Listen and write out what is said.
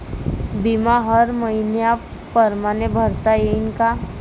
बिमा हर मइन्या परमाने भरता येऊन का?